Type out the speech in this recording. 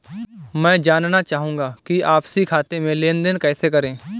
मैं जानना चाहूँगा कि आपसी खाते में लेनदेन कैसे करें?